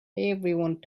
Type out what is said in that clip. everyone